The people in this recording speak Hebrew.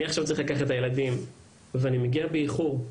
אני צריך לקחת את הילדים ואני מגיע באיחור.